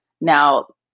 now